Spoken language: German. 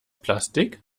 plastik